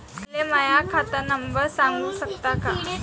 मले माह्या खात नंबर सांगु सकता का?